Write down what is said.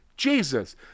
Jesus